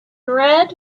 red